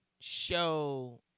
show